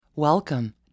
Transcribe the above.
Welcome